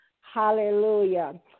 Hallelujah